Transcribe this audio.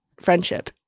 friendship